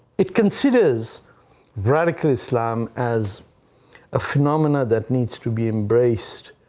it considers radical islam as a phenomenon that needs to be embraced